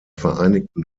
vereinigten